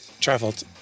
traveled